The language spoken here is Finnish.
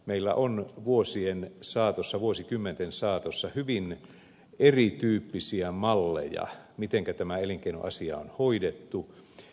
meillä on vuosien saatossa vuosikymmenten saatossa ollut hyvin erityyppisiä malleja miten tämä elinkeinoasia on hoidettu